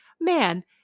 man